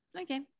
okay